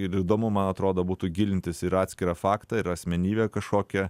ir įdomu man atrodo būtų gilintis ir atskirą faktą ir asmenybę kažkokią